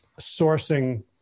sourcing